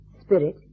spirit